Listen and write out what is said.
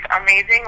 amazing